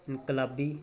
ਇਨਕਲਾਬੀ